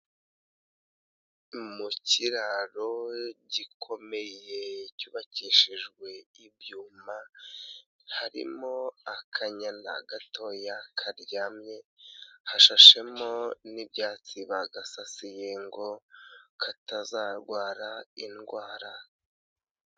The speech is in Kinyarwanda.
Mu kiraro gikomeye cyubakishijwe ibyuma harimo akanyana gatoya karyamye, hashashemo n'ibyatsi bagasasiye ngo katazarwara indwara.